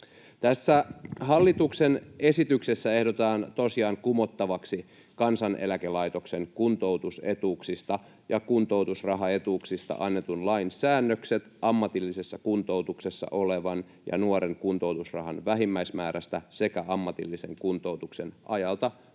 hallituksen esityksessä ehdotetaan tosiaan kumottavaksi Kansaneläkelaitoksen kuntoutusetuuksista ja kuntoutusrahaetuuksista annetun lain säännökset ammatillisessa kuntoutuksessa olevan ja nuoren kuntoutusrahan vähimmäismäärästä sekä ammatillisen kuntoutuksen ajalta